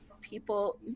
people